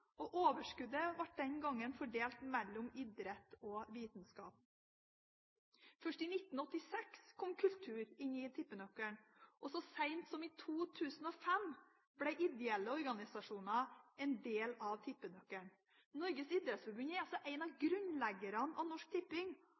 Overskuddet ble den gang fordelt mellom idrett og vitenskap. Først i 1986 kom kultur inn i tippenøkkelen, og så sent som i 2005 ble ideelle organisasjoner en del av tippenøkkelen. Norges idrettsforbund er altså en av grunnleggerne av Norsk Tipping,